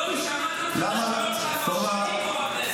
לא, כי שמעתי את השטויות שלך כבר שנים פה בכנסת.